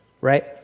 right